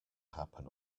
happen